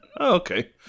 Okay